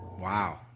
Wow